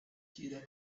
rue